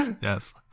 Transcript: Yes